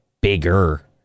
bigger